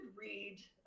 read